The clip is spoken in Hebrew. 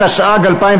התשע"ג 2013,